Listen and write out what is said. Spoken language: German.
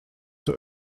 der